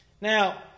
Now